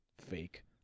fake